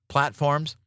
Platforms